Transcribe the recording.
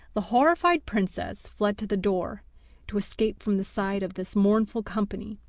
the horrified princess fled to the door to escape from the sight of this mournful company,